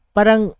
Parang